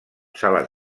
sales